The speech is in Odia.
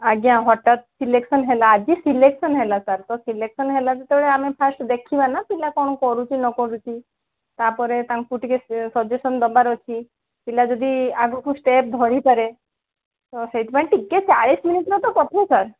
ଆଜ୍ଞା ହଠାତ୍ ସିଲେକ୍ସନ୍ ହେଲା ଆଜି ସିଲେକ୍ସନ୍ ହେଲା ତା'ର ତ ସିଲେକ୍ସନ୍ ହେଲା ଯେତେବେଳେ ତ ଆମେ ଫାଷ୍ଟ୍ ଦେଖିବା ନା ପିଲା କ'ଣ କରୁଛି ନ କରୁଛି ତା'ପରେ ତାଙ୍କୁ ଟିକେ ସଜେସନ୍ ଦେବାର ଅଛି ପିଲା ଯଦି ଆଗକୁ ଷ୍ଟେପ୍ ଧରିପାରେ ତ ସେଇଥିପାଇଁ ଟିକେ ଚାଳିଶ ମିନିଟ୍ର ତ କଥା ସାର୍